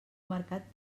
mercat